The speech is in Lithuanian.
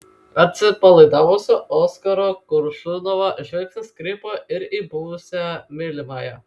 atsipalaidavusio oskaro koršunovo žvilgsnis krypo ir į buvusią mylimąją